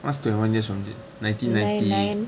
what's twenty one years from the nineteen ninety